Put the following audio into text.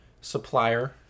supplier